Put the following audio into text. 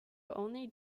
only